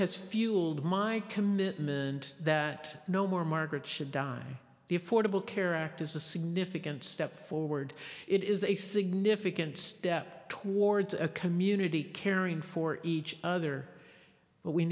has fueled my commitment that no more margaret should die the affordable care act is a significant step forward it is a significant step towards a community caring for each other but we